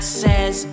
says